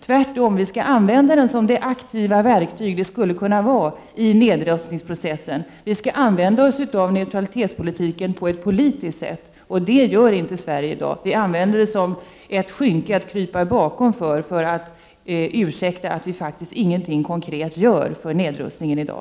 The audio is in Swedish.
Tvärtom skall vi använda den som det aktiva verktyg den skulle kunna vara i nedrustningsprocessen. Vi skall använda oss av neutralitetspolitiken på ett politiskt sätt. Det gör inte Sverige i dag. Vi använder den som ett skynke att krypa bakom för att ursäkta att vi faktiskt ingenting konkret gör för nedrustningen i dag.